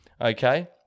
okay